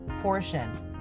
portion